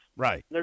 Right